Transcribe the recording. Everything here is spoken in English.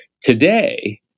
Today